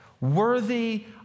Worthy